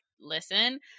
listen